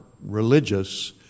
religious